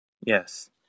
Yes